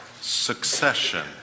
succession